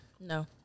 No